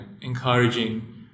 encouraging